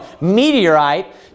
meteorite